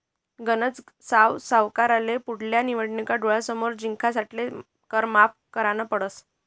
गनज साव सरकारले पुढल्या निवडणूका डोळ्यासमोर जिंकासाठे कर माफ करना पडस